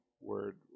word